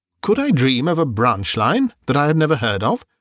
could i dream of a branch line that i had never heard of?